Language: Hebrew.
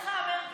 שלך, מרגי.